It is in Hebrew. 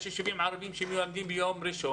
יש ישובים ערבים שמלמדים ביום ראשון